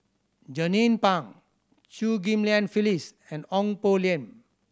Jernnine Pang Chew Ghim Lian Phyllis and Ong Poh Lim